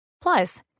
Plus